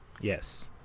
yes